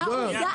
עובדה.